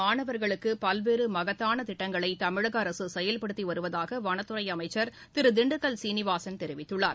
மானவர்களுக்கு பல்வேறு மகத்தான திட்டங்களை தமிழக அரசு செயல்படுத்தி வருவதாக வனத்துறை அமைச்சர் திரு திண்டுக்கல் சீனிவாசன் தெரிவித்துள்ளார்